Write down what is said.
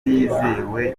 yizewe